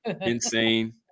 Insane